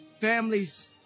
families